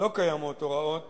לא קיימות הוראות